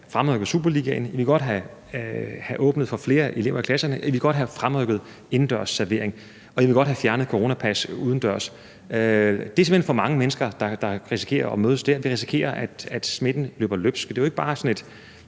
fremrykket superligaen, I vil godt have åbnet for flere elever i klasserne, I vil godt have fremrykket indendørsservering, og I vil godt have fjernet coronapas udendørs. Det er simpelt hen for mange mennesker, der risikerer at mødes der. Vi risikerer, at smitten løber løbsk. Det er jo ikke bare sådan et